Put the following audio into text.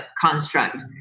construct